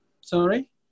Sorry